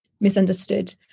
misunderstood